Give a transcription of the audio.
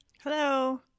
Hello